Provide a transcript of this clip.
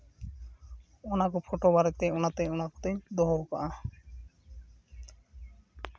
ᱚᱱᱟ ᱠᱚ ᱯᱷᱚᱴᱳ ᱵᱟᱨᱮᱛᱮ ᱚᱱᱟᱛᱮ ᱚᱱᱟᱠᱚ ᱛᱤᱧ ᱫᱚᱦᱚᱣᱟᱠᱟᱜᱼᱟ